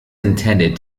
intended